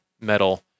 metal